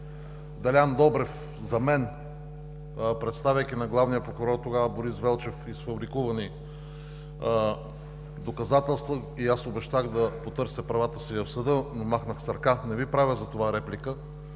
Делян Добрев за мен, представяйки на главния прокурор, тогава Борис Велчев, изфабрикувани доказателства и аз обещах да потърся правата си в съда, но махнах с ръка. Не Ви правя реплика,